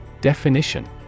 Definition